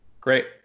Great